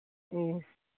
ꯎꯝ